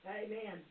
Amen